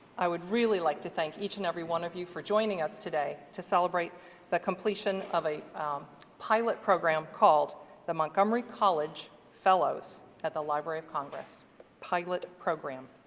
i would really like to thank each and every one of you for joining us today to celebrate the completion of a pilot program called the montgomery college fellows at the library of congress pilot program.